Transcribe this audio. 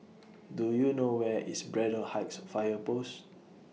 Do YOU know Where IS Braddell Heights Fire Post